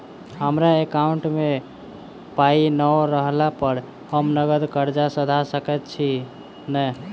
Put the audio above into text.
हमरा एकाउंट मे पाई नै रहला पर हम नगद कर्जा सधा सकैत छी नै?